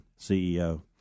CEO